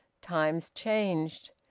times changed.